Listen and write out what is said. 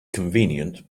convenient